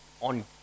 on